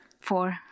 Four